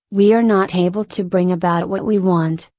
we are not able to bring about what we want,